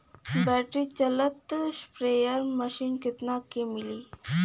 Battery चलत sprayer machine कितना क मिली?